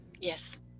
Yes